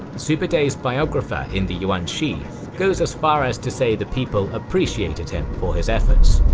sube'etei's biographer in the yuan shi goes as far as to say the people appreciated him for his efforts.